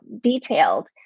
detailed